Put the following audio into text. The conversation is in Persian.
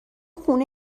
خونه